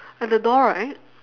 at the door right